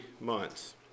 months